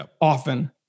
often